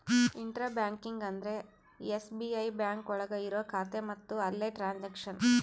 intra banking ಅಂದ್ರೆ SBI bank ಒಳಗ ಇರೋ ಖಾತೆ ಮತ್ತು ಅಲ್ಲೇ ಟ್ರನ್ಸ್ಯಾಕ್ಷನ್